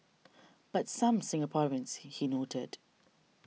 but some Singaporeans he noted